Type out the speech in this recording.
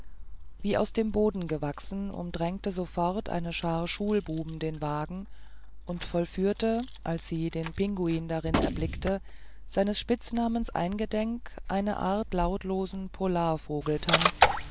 wie aus dem boden gewachsen umdrängte sofort eine schar schulbuben den wagen und vollführte als sie den pinguin darin erblickte seines spitznamens eingedenk eine art lautlosen